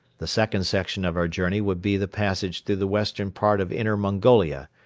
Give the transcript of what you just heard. the second section of our journey would be the passage through the western part of inner mongolia,